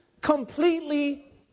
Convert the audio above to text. Completely